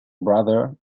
brother